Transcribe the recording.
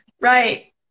Right